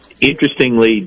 interestingly